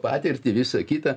patirtį visa kita